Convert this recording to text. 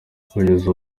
kugeza